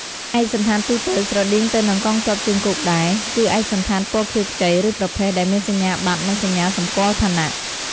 ឯកសណ្ឋានទូទៅ ស្រដៀងទៅនឹងកងទ័ពជើងគោកដែរ គឺឯកសណ្ឋានពណ៌ខៀវខ្ចី ឬប្រផេះ ដែលមានសញ្ញាបត្រ និងសញ្ញាសម្គាល់ឋានៈ។